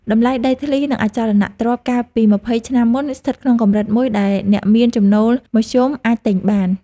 តម្លៃដីធ្លី និងអចលនទ្រព្យកាលពីម្ភៃឆ្នាំមុនស្ថិតក្នុងកម្រិតមួយដែលអ្នកមានចំណូលមធ្យមអាចទិញបាន។